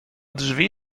drzwi